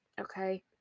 Okay